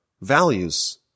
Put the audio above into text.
values